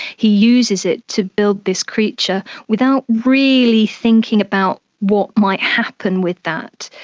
he uses it to build this creature without really thinking about what might happen with that.